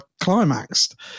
climaxed